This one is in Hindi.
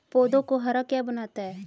पौधों को हरा क्या बनाता है?